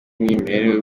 umwimerere